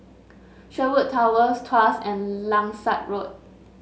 Sherwood Towers Tuas and Langsat Road